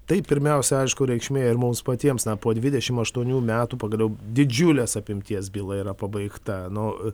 tai pirmiausia aišku reikšmė ir mums patiems na po dvidešim aštuonių metų pagaliau didžiulės apimties byla yra pabaigta nu